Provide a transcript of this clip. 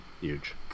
huge